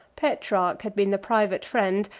petrarch had been the private friend,